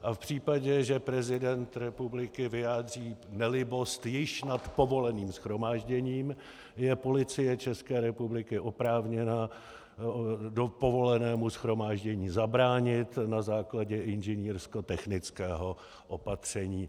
A v případě, že prezident republiky vyjádří nelibost již nad povoleným shromážděním, je Policie České republiky oprávněna povolenému shromáždění zabránit na základě inženýrskotechnického opatření.